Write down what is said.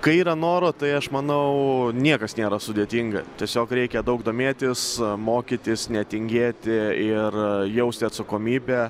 kai yra noro tai aš manau niekas nėra sudėtinga tiesiog reikia daug domėtis mokytis netingėti ir jausti atsakomybę